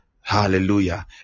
hallelujah